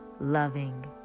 loving